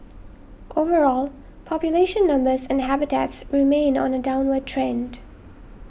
overall population numbers and habitats remain on a downward trend